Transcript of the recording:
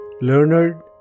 learned